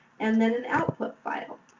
and then, an output file.